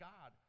God